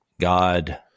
God